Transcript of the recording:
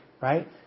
right